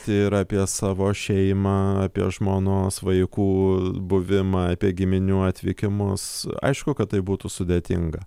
tai yra apie savo šeimą apie žmonos vaikų buvimą apie giminių atvykimus aišku kad tai būtų sudėtinga